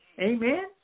Amen